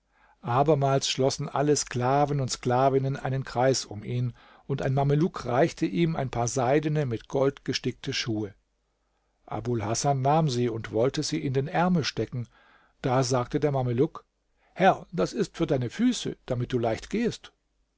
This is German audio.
abermals schlossen alle sklaven und sklavinnen einen kreis um ihn und ein mameluck reichte ihm ein paar seidene mit gold gestickte schuhe abul hasan nahm sie und wollte sie in den ärmel stecken da sagte der mameluck herr das ist ja für deine füße damit du leicht gehest